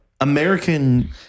American